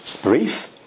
Brief